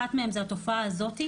אחת מהן זו התופעה הזאת.